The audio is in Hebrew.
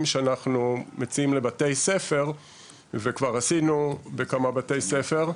שאנחנו מציעים לבתי ספר וכבר עשינו בכמה בתי ספר,